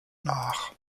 nach